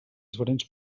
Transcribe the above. diferents